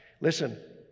Listen